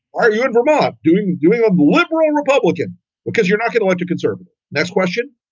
are you in vermont doing doing a liberal republican because you're not going to want to conserve. next question.